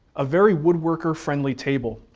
a very woodworker friendly table.